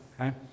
okay